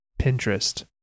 Pinterest